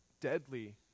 deadly